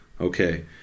okay